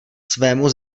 svému